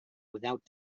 without